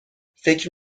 فکر